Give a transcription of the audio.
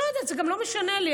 לא יודעת, זה גם לא משנה לי.